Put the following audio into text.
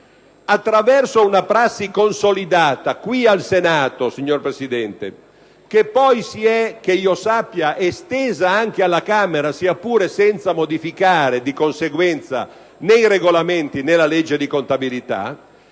Attraverso una prassi consolidata qui al Senato, che poi - che io sappia - si è estesa anche alla Camera, sia pure senza modificare di conseguenza né i Regolamenti né la legge di contabilità,